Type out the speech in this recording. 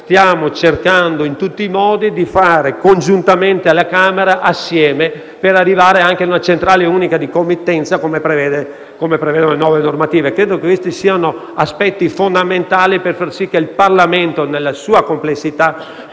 stiamo cercando in tutti i modi di procedere congiuntamente alla Camera per arrivare a una centrale unica di committenza, come prevedono le nuove normative. Credo che questi siano aspetti fondamentali per far sì che il Parlamento, nella sua complessità,